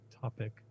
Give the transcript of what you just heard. topic